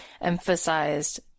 emphasized